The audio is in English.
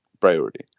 priority